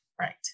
right